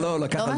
ב-15%.